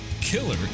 killer